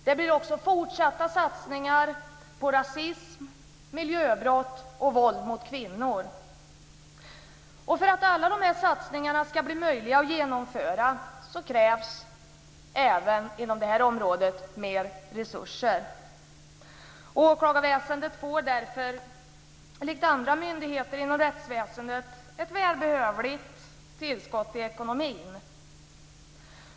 Det blir också fortsatta satsningar när det gäller rasism, miljöbrott och våld mot kvinnor. För att alla dessa satsningar ska bli möjliga att genomföra krävs även inom det här området mer resurser. Åklagarväsendet får därför, likt andra myndigheter inom rättsväsendet, ett välbehövligt tillskott i ekonomin.